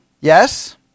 yes